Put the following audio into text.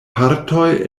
partoj